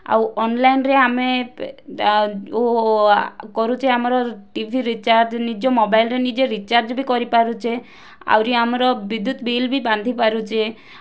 ଆଉ ଅନଲାଇନ୍ ରେ ଆମେ କରୁଛେ ଆମର ଟିଭି ରିଚାର୍ଜ ନିଜ ମୋବାଇଲ୍ ରେ ନିଜେ ରିଚାର୍ଜ ବି କରିପାରୁଛେ ଆହୁରି ଆମର ବିଦ୍ୟୁତ୍ ବିଲ୍ ବି ବାନ୍ଧି ପାରୁଛେ